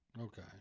Okay